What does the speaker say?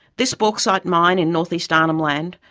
this bauxite mine in northeast arnhem land,